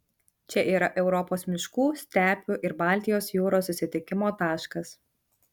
čia yra europos miškų stepių ir baltijos jūros susitikimo taškas